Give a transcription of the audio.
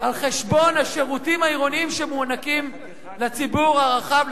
על חשבון השירותים העירוניים שמוענקים לציבור הרחב,